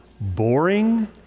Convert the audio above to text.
boring